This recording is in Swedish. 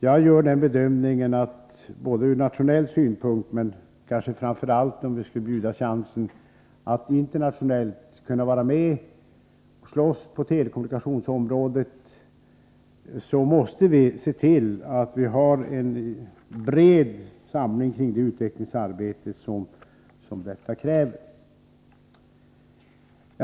Jag gör den bedömningen att vi måste se till att ha en bred samling kring det utvecklingsarbete som krävs för att vi skall kunna hävda oss nationellt men kanske framför allt, om vi skulle bjudas chansen, att internationellt kunna vara med och slåss på telekommunikationsområdet.